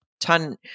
ton